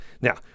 Now